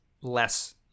less